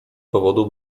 powodu